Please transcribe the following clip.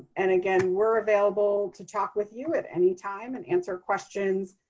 and again, we're available to talk with you at any time and answer questions,